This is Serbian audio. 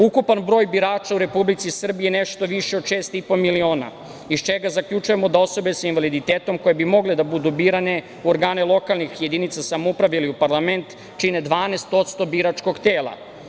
Ukupan broj birača u Republici Srbiji je nešto viši od šest i po miliona, iz čega zaključujemo sa osobe sa invaliditetom koje bi mogle da budu birane u organe lokalnih jedinica samouprave ili u parlament čine 12% biračkog tela.